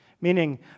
Meaning